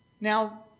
Now